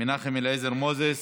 מנחם אליעזר מוזס,